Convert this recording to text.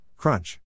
Crunch